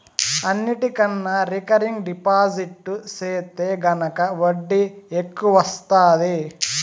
అన్నిటికన్నా recurring deposit సెత్తే గనక ఒడ్డీ ఎక్కవొస్తాది